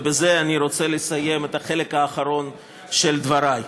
ובזה אני רוצה לסיים את החלק האחרון של דברי.